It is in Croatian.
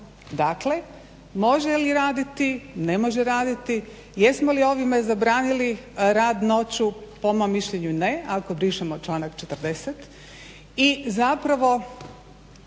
Dakle, može li raditi, ne može raditi. Jesmo li ovime zabranili rad noću? Po mom mišljenju ne ako brišemo članak 40.